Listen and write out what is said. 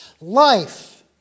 Life